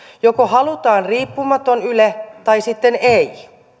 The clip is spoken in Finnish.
joko halutaan riippumaton yle tai sitten ei